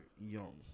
young